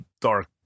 dark